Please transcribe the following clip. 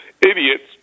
idiots